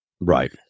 Right